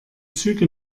züge